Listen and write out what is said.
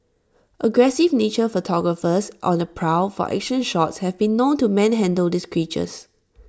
aggressive nature photographers on the prowl for action shots have been known to manhandle these creatures